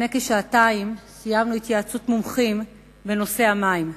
לפני כשעתיים סיימנו התייעצות מומחים בנושא המים.